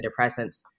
antidepressants